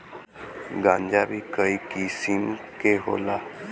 गांजा भीं कई किसिम के होला